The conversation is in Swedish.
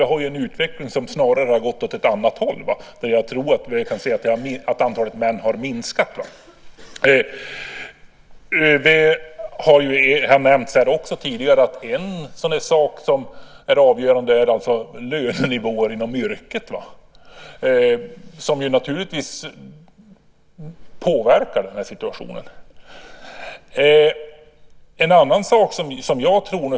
Vi har ju en utveckling som snarare har gått åt andra hållet. Jag tror att antalet män har minskat. En sak som är avgörande har nämnts här tidigare, nämligen lönenivån inom yrket. Den påverkar naturligtvis den här situationen.